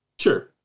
Sure